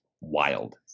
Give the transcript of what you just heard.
wild